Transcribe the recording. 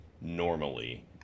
normally